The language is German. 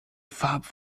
farb